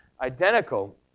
identical